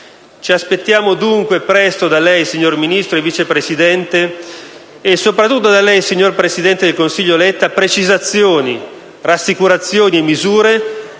Ci aspettiamo dunque presto da lei, signor Ministro e Vice Presidente, e soprattutto da lei, signor presidente del Consiglio Letta, precisazioni, rassicurazioni e misure